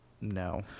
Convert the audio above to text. No